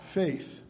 faith